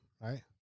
right